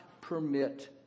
permit